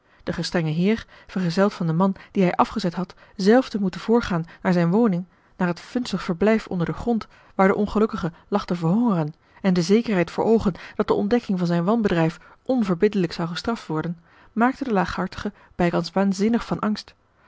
den gestrengen heer vergezeld van den man dien hij afgezet had zelf te moeten voorgaan naar zijne woning naar het vunzig verblijf onder den grond waar de ongelukkige lag te verhongeren en de zekerheid voor oogen dat de ontdekking van zijn wanbedrijf onverbiddelijk zou gestraft worden maakte den laaghartige bijkans a l g bosboom-toussaint de delftsche wonderdokter eel van angst